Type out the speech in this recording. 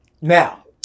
Now